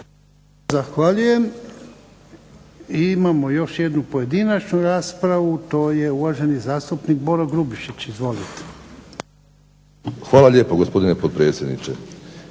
Zahvaljujem. I imamo još jednu pojedinačnu raspravu. To je uvaženi zastupnik Boro Grubišić. Izvolite. **Grubišić, Boro (HDSSB)** Hvala lijepo gospodine potpredsjedniče.